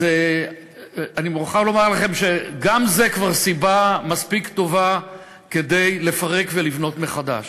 אני מוכרח לומר לכם שגם זה כבר סיבה מספיק טובה כדי לפרק ולבנות מחדש.